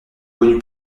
connu